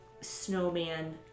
snowman